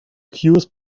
cures